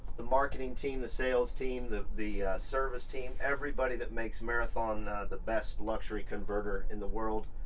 the marketing team, the sales team, the the service team, everybody that makes marathon the best luxury converter in the world.